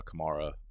Kamara